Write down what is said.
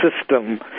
system